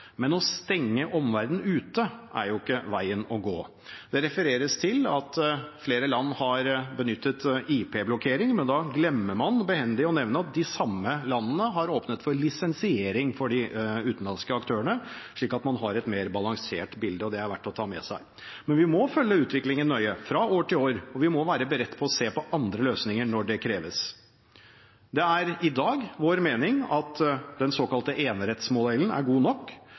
men å stenge omverdenen ute er ikke veien å gå. Det refereres til at flere land har benyttet IP-blokkering, men da glemmer man behendig å nevne at de samme landene har åpnet for lisensiering for de utenlandske aktørene – så man har et mer balansert bilde, og det er det verdt å ta med seg. Men vi må følge utviklingen nøye fra år til år, og vi må være beredt på å se på andre løsninger når det kreves. Det er vår mening at dagens modell, den såkalte enerettsmodellen, er god nok,